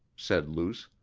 said luce,